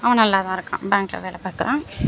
அவன் நல்லா தான் இருக்கான் பேங்க்கில் வேலை பாக்குறான்